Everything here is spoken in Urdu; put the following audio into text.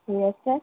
یس سر